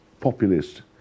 populist